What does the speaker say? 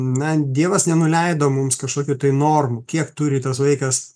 na dievas nenuleido mums kažkokių tai normų kiek turi tas vaikas